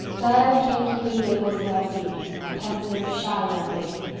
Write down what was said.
diana came to green gables the next evening, a pensive, shy young lady,